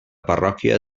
parròquia